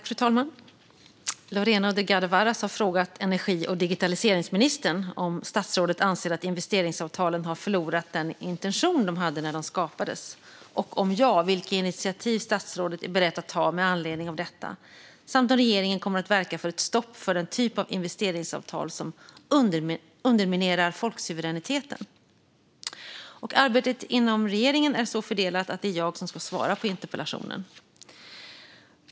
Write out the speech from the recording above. Fru talman! Lorena Delgado Varas har frågat energi och digitaliseringsministern om statsrådet anser att investeringsavtalen har förlorat den intention de hade när de skapades, och om ja, vilka initiativ statsrådet är beredd att ta med anledning av detta samt om regeringen kommer att verka för ett stopp för den typ av investeringsavtal som underminerar folksuveräniteten. Arbetet inom regeringen är så fördelat att det är jag som ska svara på interpellationen.